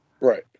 Right